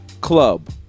club